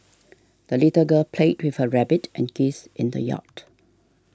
the little girl played with her rabbit and geese in the yard